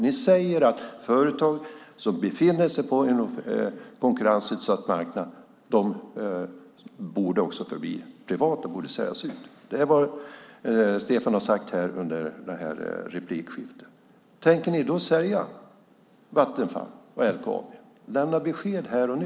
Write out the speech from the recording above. Ni säger att företag som befinner sig på en konkurrensutsatt marknad borde få bli privata och borde säljas ut. Det är vad Stefan har sagt i replikskiftena. Tänker ni sälja Vattenfall och LKAB? Lämna besked här och nu!